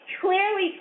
clearly